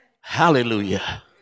Hallelujah